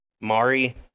Mari